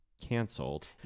canceled